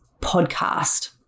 podcast